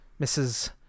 Mrs